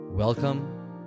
Welcome